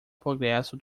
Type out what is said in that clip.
progresso